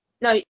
no